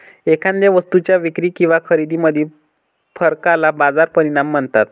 एखाद्या वस्तूच्या विक्री किंवा खरेदीमधील फरकाला बाजार परिणाम म्हणतात